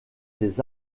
des